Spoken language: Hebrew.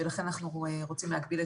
ולכן אנחנו רוצים להגביל את העניין הזה.